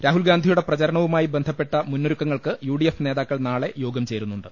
രാഹുൽഗാന്ധിയുടെ പ്രചരണവുമായി ബന്ധപ്പെട്ട മുന്നൊരുക്കങ്ങൾക്ക് യു ഡി എഫ് നേതാക്കൾ നാളെ യോഗം ചേരുന്നുണ്ട്